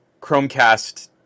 Chromecast